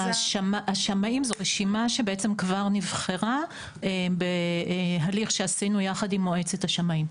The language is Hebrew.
השמאים זו רשימה שבעצם כבר נבחרה בהליך שעשינו יחד עם מועצת השמאים.